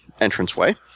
entranceway